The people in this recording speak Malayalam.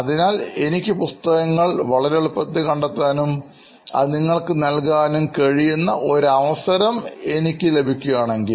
അതിനാൽ എനിക്ക് ഈ പുസ്തകങ്ങൾ വളരെ എളുപ്പത്തിൽ കണ്ടെത്താനും അത് നിങ്ങൾക്ക് നൽകാനും കഴിയുന്ന ഒരു അവസരം എനിക്ക് ലഭിക്കുകയാണെങ്കിൽ